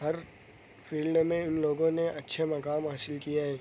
ہر field میں ان لوگوں نے اچھے مقام حاصل کیے ہیں